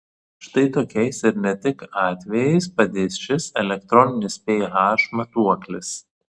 štai tokiais ir ne tik atvejais padės šis elektroninis ph matuoklis